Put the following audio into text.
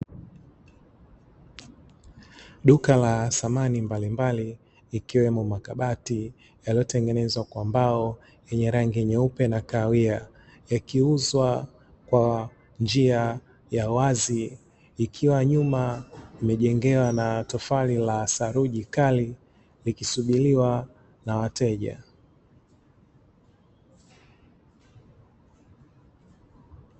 Duka la samani mbalimbali, ikiwemo makabati yaliyotengenezwa kwa mbao yenye rangi nyeupe na kahawia yakiuzwa kwa njia wazi. Ikiwa nyuma limejengewa na tofali la saruji kali likisubiriwa na wateja.